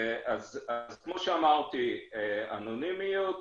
אז, כמו שאמרתי, אנונימיות,